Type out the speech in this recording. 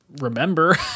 remember